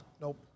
Nope